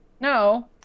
No